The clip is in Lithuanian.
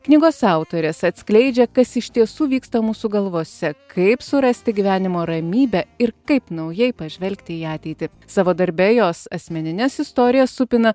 knygos autorės atskleidžia kas iš tiesų vyksta mūsų galvose kaip surasti gyvenimo ramybę ir kaip naujai pažvelgti į ateitį savo darbe jos asmenines istorijas supina